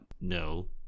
No